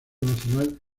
nacional